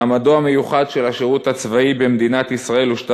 מעמדו המיוחד של השירות הצבאי במדינת ישראל הושתת